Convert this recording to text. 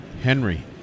Henry